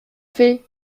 fait